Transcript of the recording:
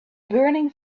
burning